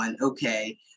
Okay